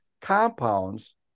compounds